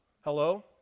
Hello